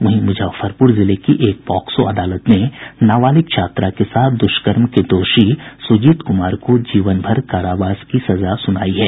वहीं मुजफ्फरपुर जिले की एक पॉक्सो अदालत ने नाबालिग छात्रा के साथ दुष्कर्म के दोषी सुजीत कुमार को जीवनभर कारावास की सजा सुनाई है